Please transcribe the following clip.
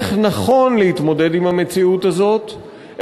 איך נכון להתמודד עם המציאות הזאת,